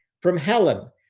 from helen,